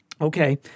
Okay